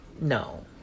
No